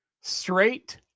straight